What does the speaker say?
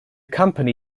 company